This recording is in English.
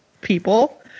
people